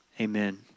Amen